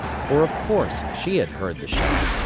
for of course she had heard the shot,